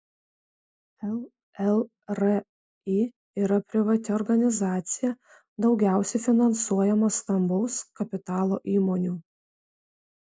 llri yra privati organizacija daugiausiai finansuojama stambaus kapitalo įmonių